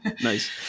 Nice